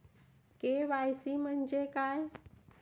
KYC म्हंजे काय?